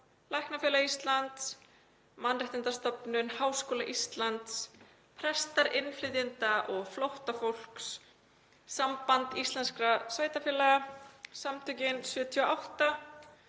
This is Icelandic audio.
Íslands, Mannréttindastofnun Háskóla Íslands, prestar innflytjenda og flóttafólks, Samband íslenskra sveitarfélaga, Samtökin ´78,